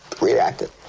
reacted